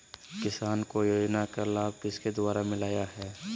किसान को योजना का लाभ किसके द्वारा मिलाया है?